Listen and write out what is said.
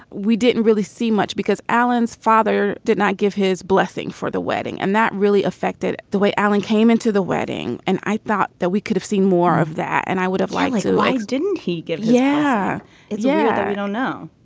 we didn't really see much because alan's father did not give his blessing for the wedding. and that really affected the way alan came into the wedding wedding and i thought that we could have seen more of that and i would have liked. why didn't he give. yeah yeah i don't know.